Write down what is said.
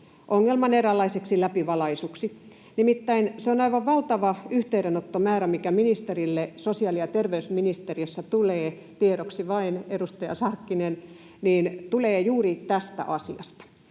ongelman eräänlaiseksi läpivalaisuksi. Nimittäin se on aivan valtava yhteydenottomäärä, mikä ministerille sosiaali- ja terveysministeriössä tulee — tiedoksi vain, edustaja Sarkkinen — juuri tästä asiasta,